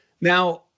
now